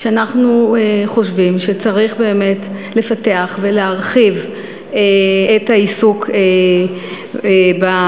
שאנחנו חושבים שצריך באמת לפתח ולהרחיב את העיסוק בחקלאות,